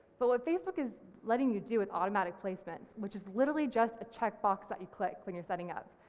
but what facebook is letting you do with automatic placements, which is literally just a check-box that you click when you're setting up.